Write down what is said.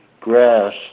grass